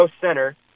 center